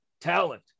talent